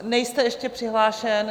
Nejste ještě přihlášen.